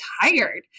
tired